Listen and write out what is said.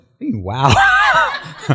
wow